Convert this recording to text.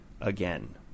again